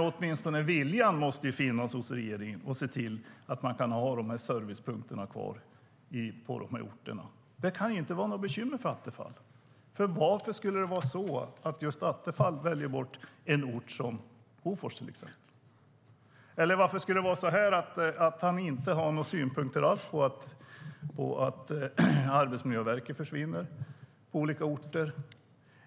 Åtminstone viljan måste finnas hos regeringen att se till att de här servicepunkterna kan finnas kvar på de här orterna. Det kan ju inte vara något bekymmer för Attefall. Varför skulle Attefall välja bort en ort som Hofors? Eller varför skulle han inte ha några synpunkter alls på att Arbetsmiljöverket försvinner på olika orter